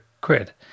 quid